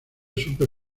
super